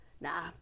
Nah